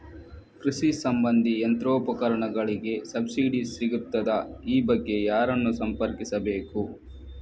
ಕೃಷಿ ಸಂಬಂಧಿ ಯಂತ್ರೋಪಕರಣಗಳಿಗೆ ಸಬ್ಸಿಡಿ ಸಿಗುತ್ತದಾ? ಈ ಬಗ್ಗೆ ಯಾರನ್ನು ಸಂಪರ್ಕಿಸಬೇಕು?